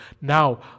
now